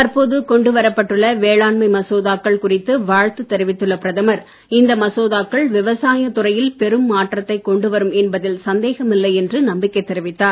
தற்போது கொண்டு வரப்பட்டுள்ள வேளாண்மை மசோதாக்கள் குறித்து வாழ்த்து தெரிவித்துள்ள பிரதமர் இந்த மசோதாக்கள் விவசாயத் துறையில் பெரும் மாற்றத்தைக் கொண்டு வரும் என்பதில் சந்தேகமில்லை என்று நம்பிக்கை தெரிவித்தார்